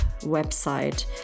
website